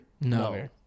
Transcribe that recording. No